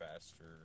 faster